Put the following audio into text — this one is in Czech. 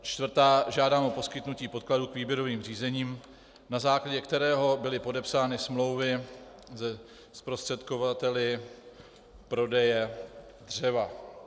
Čtvrtá, žádám o poskytnutí podkladů k výběrovým řízením, na základě kterého byly podepsány smlouvy se zprostředkovateli prodeje dřeva.